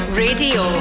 radio